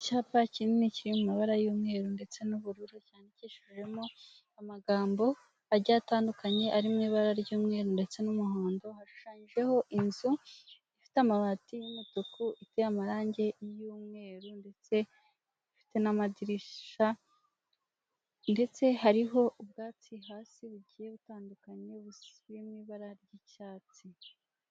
Icyapa kinini kiri mu mabara y'umweru ndetse n'ubururu cyanyandikishijemo amagambo agiye atandukanye ari mu ibara ry'umweru ndetse n'umuhondo, hashushanyijeho inzu ifite amabati y'umutuku iteye amarangi y'umweru ndetse ifite n'amadirishya, ndetse hariho ubwatsi hasi bugiye butandukanye buri mu ibara ry'icyatsi.